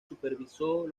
supervisó